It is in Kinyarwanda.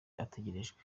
ategerejwe